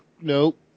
nope